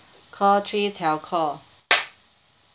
call three telco